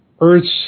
Earth's